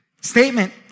Statement